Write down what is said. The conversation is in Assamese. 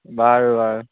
বাৰু বাৰু